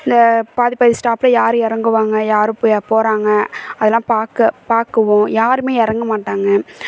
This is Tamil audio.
இந்த பாதி பாதி ஸ்டாப்பில் யார் இறங்குவாங்க யார் போ போகிறாங்க அதலாம் பார்க்க பார்க்குவோம் யாருமே இறங்க மாட்டாங்க